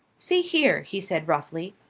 see here! he said roughly.